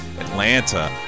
atlanta